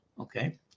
okay